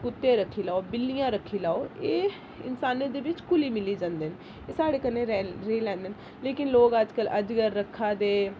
कुत्ते रक्खी लैओ बिल्लियां रक्खी लैओ एह् इंसाने दे बिच्च घुली मिली जंदे न एह् साढ़े कन्नै रेही रेही लैंदे न लेकिन लोक अज्जकल अजगर रक्खे दे